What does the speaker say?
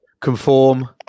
Conform